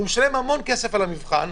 הוא משלם המון כסף על המבחן,